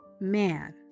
man